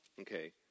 Okay